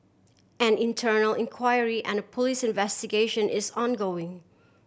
an internal inquiry and police investigation is ongoing